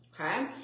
okay